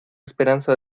esperanza